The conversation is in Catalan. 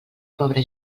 pobra